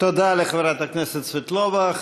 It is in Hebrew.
תודה לחברת הכנסת סבטלובה.